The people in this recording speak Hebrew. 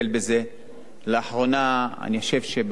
לאחרונה, אני חושב שבסיוע הגדול שלך,